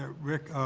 ah rick,